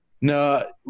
no